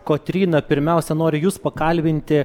kotryna pirmiausia noriu jus pakalbinti